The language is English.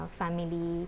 family